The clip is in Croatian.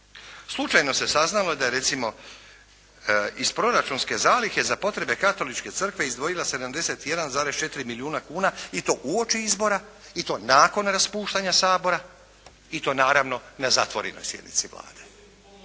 Slučajno se saznalo da je recimo iz proračunske zalihe za potrebe katoličke crkve izdvojila 71,4 milijuna kuna i to uoči izbora i to nakon raspuštanja Sabora i to naravno na zatvorenoj sjednici Vlade.